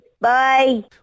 Bye